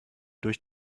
durch